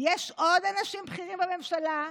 יש עוד אנשים בכירים בממשלה,